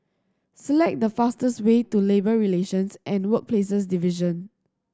select the fastest way to Labour Relations and Workplaces Division